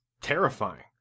terrifying